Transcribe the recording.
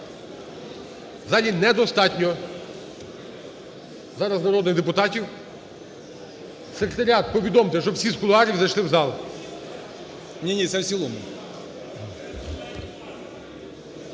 залі недостатньо зараз народних депутатів. Секретаріат, повідомте, щоб всі з кулуарів зайшли в зал. Отже, переходимо